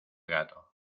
gato